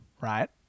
right